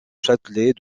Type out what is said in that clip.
châtelet